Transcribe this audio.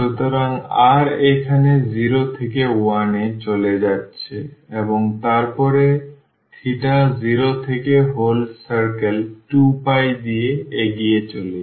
সুতরাং r এখানে 0 থেকে 1 এ চলে যাচ্ছে এবং তারপরে থিটা 0 থেকে whole circle 2π দিকে এগিয়ে চলেছে